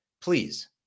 please